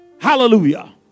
Hallelujah